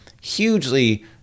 hugely